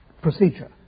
procedure